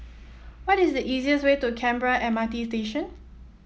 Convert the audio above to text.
what is the easiest way to Canberra M R T Station